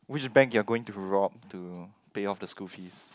which bank you're going to rob to pay off the school fees